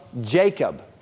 Jacob